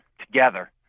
together